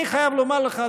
אני חייב לומר לך,